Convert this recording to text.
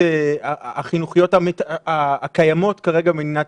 במסגרות החינוכיות הקיימות כרגע במדינת